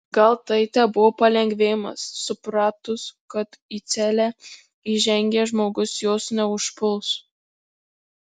gal tai tebuvo palengvėjimas supratus kad į celę įžengęs žmogus jos neužpuls